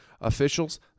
officials